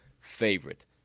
favorite